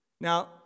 Now